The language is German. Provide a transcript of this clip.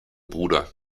bruder